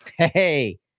Hey